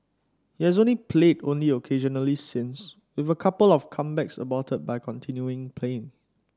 he has played only occasionally since with a couple of comebacks aborted by continuing pain